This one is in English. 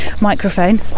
microphone